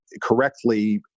correctly